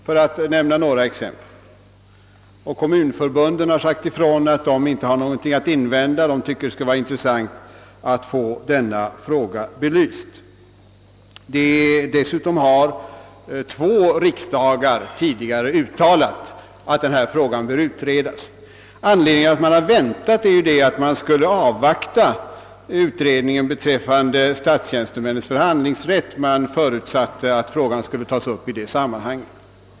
Kommunförbunden har uttalat, att de inte har någonting att invända mot förslaget om en utredning; de anser att det skulle vara intressant att få denna fråga belyst. Dessutom har två tidigare riksdagar uttalat att denna fråga bör utredas. Anledningen till att man avstått från att begära en utredning har varit att man velat avvakta utredningen beträffande = statstjänstemännens förhandlingsrätt; man förutsatte att denna fråga skulle lösas i det sammanhanget.